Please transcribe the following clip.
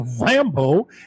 Rambo